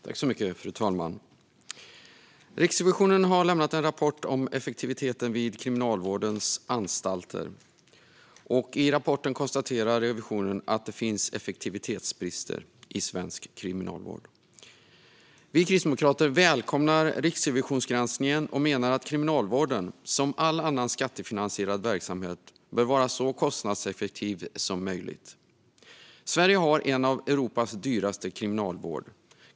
Fru talman! Riksrevisionen har lämnat en rapport om effektiviteten vid Kriminalvårdens anstalter. I rapporten konstaterar Riksrevisionen att det finns effektivitetsbrister i svensk kriminalvård. Kristdemokraterna välkomnar riksrevisionsgranskningen och menar att Kriminalvården, som all annan skattefinansierad verksamhet, bör vara så kostnadseffektiv som möjligt. Sveriges kriminalvård är en av de dyraste i Europa.